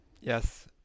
Yes